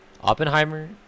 Oppenheimer